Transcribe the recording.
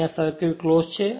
અને આ સર્કિટક્લોઝ છે